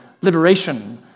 liberation